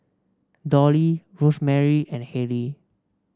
Dolly Rosemary and Hayley